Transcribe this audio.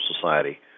society